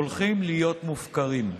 הולכים להיות מופקרים.